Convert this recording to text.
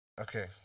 Okay